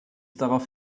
darauf